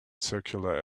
circular